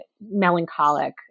melancholic